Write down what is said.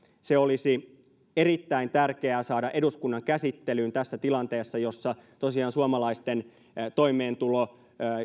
se olisi erittäin tärkeää saada eduskunnan käsittelyyn tässä tilanteessa jossa tosiaan suomalaisten toimeentulo